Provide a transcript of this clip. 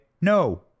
no